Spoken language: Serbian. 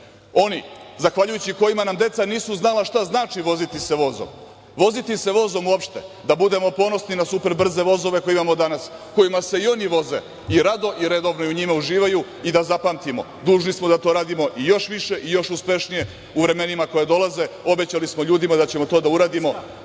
oni zahvaljujući kojima nam deca nisu znala šta znači voziti se vozom, voziti se vozom uopšte. Da budemo ponosni na super brze vozove koje imamo danas, kojima se i oni voze, i rado i redovno u njima uživaju. I da zapamtimo, dužni smo da to radimo i još više i još uspešnije u vremenima koja dolaze. Obećali smo ljudima da ćemo to da uradimo,